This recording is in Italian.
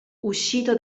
uscito